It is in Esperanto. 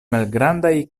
malgrandaj